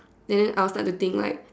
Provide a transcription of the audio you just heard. and then I'll start to think like